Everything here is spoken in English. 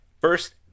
first